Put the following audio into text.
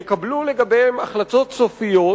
יקבלו לגביהן החלטות סופיות,